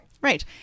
Right